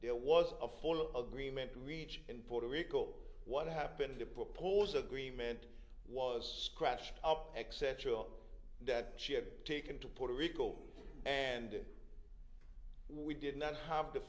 there was a full agreement to reach in puerto rico what happened to propose agreement was crashed up etc that she had taken to puerto rico and we did not have the